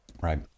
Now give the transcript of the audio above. right